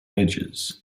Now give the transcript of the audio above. edges